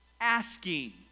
asking